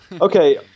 okay